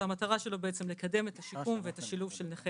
והמטרה שלו היא לקדם את השיקום ואת השילוב של נכי